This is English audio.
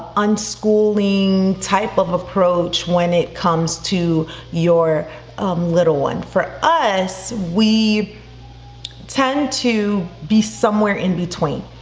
unschooling type of approach when it comes to your little one. for us, we tend to be somewhere in between.